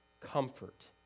comfort